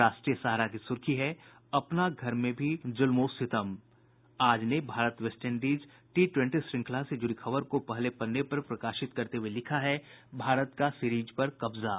राष्ट्रीय सहारा की सुर्खी है अपना घर में भी जुल्म ओ सितम आज ने भारत वेस्टइंडीज टी ट्वेंटी श्रंखला से जुड़ी खबर को पहले पन्ने पर प्रकाशित करते हुये लिखा है भारत का सीरीज पर कब्जा